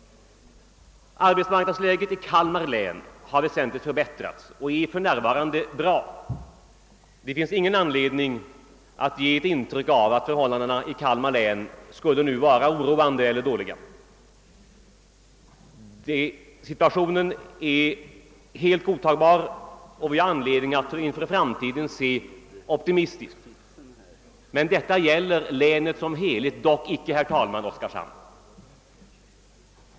Arbetsmarknadsläget i Kalmar län har väsentligt förbättrats och det är för närvarande tillfredsställande. Det finns ingen anledning att ge ett intryck av att förhållandena i Kalmar län nu skulle vara oroande eller dåliga. Situationen är helt godtagbar, och vi har anledning att se optimistiskt på framtiden. Men detta gäller länet som helhet, dock icke, herr talman, Oskarshamn.